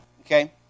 okay